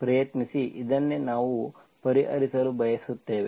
ಇದನ್ನೇ ನಾವು ಪರಿಹರಿಸಲು ಬಯಸುತ್ತೇವೆ